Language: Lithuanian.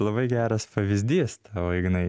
labai geras pavyzdys tavo ignai